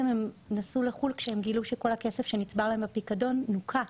הם נסעו לחו"ל שהם גילו שכל הכסף שנצבר להם בפיקדון נוכה,